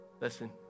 Listen